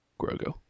Grogu